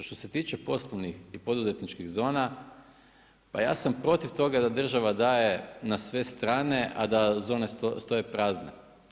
Što se tiče poslovnih i poduzetničkih zona pa ja sam protiv toga da država daje na sve strane a da zone stoje prazne.